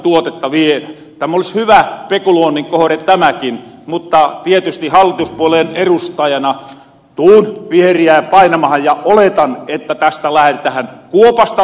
tämä olis hyvä pekuloonnin kohde tämäkin mutta tietysti hallituspuolueen erustajana tuun viheriää painamahan ja oletan että tästä lähretähän kuopasta lentohon välittömästi